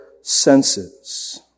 senses